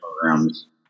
programs